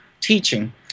teaching